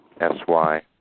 S-Y